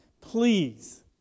please